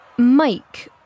Mike